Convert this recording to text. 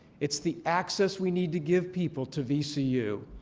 it's the access we need to give people to vcu.